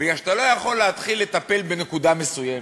מפני שאתה לא יכול להתחיל לטפל בנקודה מסוימת,